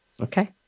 Okay